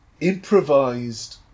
improvised